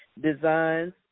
designs